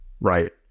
right